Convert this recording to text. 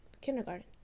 kindergarten